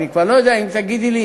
אני כבר לא יודע אם תגידי לי